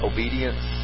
Obedience